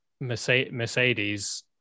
Mercedes